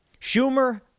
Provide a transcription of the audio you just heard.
Schumer